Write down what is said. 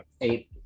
Eight